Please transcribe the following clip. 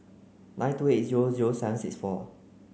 nine two eight zero zero seven six four